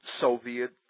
Soviet